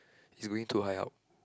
it's going too high up